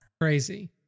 Crazy